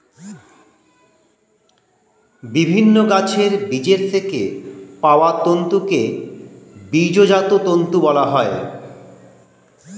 বিভিন্ন গাছের বীজের থেকে পাওয়া তন্তুকে বীজজাত তন্তু বলা হয়